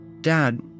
Dad